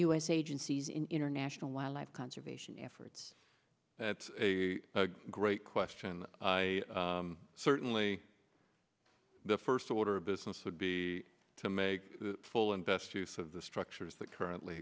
s agencies in international wildlife conservation efforts at a great question i certainly the first order of business would be to make full and best use of the structures that currently